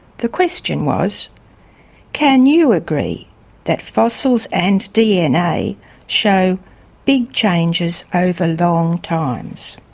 the question was can you agree that fossils and dna show big changes over long times?